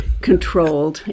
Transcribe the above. controlled